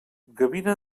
gavina